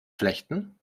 flechten